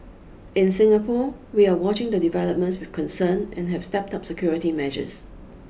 in Singapore we are watching the developments with concern and have stepped up security measures